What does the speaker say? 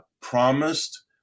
promised